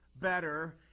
better